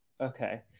Okay